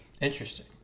Interesting